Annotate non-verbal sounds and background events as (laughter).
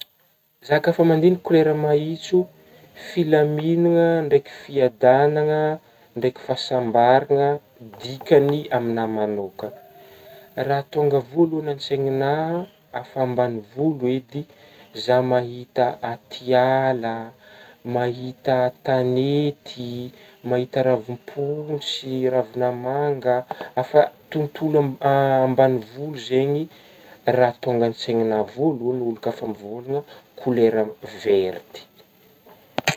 (noise) Za ka fa mandigniky kolera maitso filamignagna ndraiky fiadagnagna ndraiky fahasambaragna dikagny aminah manôkagna (noise) raha tônga voalohany an-tsaignanah afa ambanivolo edy zah mahita aty ala, mahita tanety, mahita ravim-pontsy ,ravigna manga afa tontolo (hesitation) ambanivolo zegny raha tônga an-tsaignanah voalohany ôlo ka fa mivôlagna kolera (hesitation) verty.